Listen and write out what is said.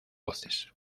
voces